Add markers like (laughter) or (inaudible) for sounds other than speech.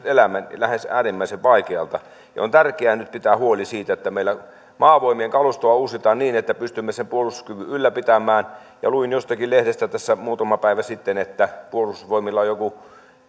(unintelligible) elämme lähes äärimmäisen vaikeaksi on tärkeää nyt pitää huoli siitä että meillä maavoimien kalustoa uusitaan niin että pystymme sen puolustuskyvyn ylläpitämään luin jostakin lehdestä tässä muutama päivä sitten että puolustusvoimilla on joku